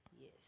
yes